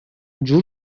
جور